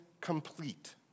complete